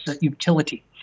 utility